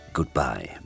Goodbye